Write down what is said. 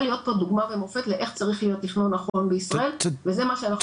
להיות דוגמה ומופת לאיך צריך להיות תכנון נכון בישראל וזה מה שאנחנו